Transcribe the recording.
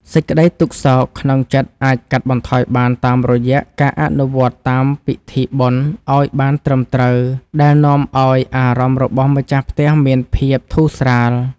សេចក្តីទុក្ខសោកក្នុងចិត្តអាចកាត់បន្ថយបានតាមរយៈការអនុវត្តតាមពិធីបុណ្យឱ្យបានត្រឹមត្រូវដែលនាំឱ្យអារម្មណ៍របស់ម្ចាស់ផ្ទះមានភាពធូរស្រាល។